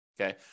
Okay